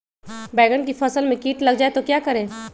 बैंगन की फसल में कीट लग जाए तो क्या करें?